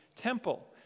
temple